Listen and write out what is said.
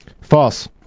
False